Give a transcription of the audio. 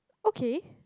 okay